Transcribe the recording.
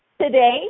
today